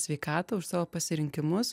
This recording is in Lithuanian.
sveikatą už savo pasirinkimus